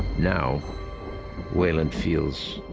now weyland feels.